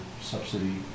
subsidy